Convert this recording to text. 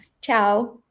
Ciao